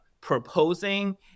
proposing